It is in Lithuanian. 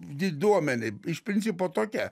diduomenė iš principo tokia